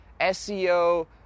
SEO